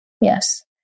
Yes